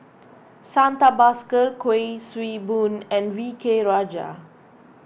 Santha Bhaskar Kuik Swee Boon and V K Rajah